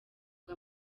ngo